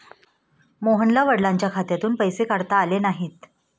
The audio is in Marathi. मोहनला वडिलांच्या खात्यातून पैसे काढता आले नाहीत